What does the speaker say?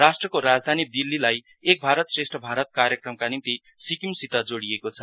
राष्ट्रको राजधानी दिल्लीलाई एक भारत श्रेष्ठ भारत कार्यक्रमका निम्ति सिक्किमसित जोडी बनाइएको छ